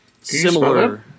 similar